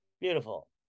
Beautiful